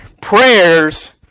prayers